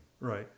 right